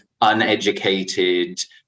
uneducated